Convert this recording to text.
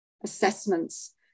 assessments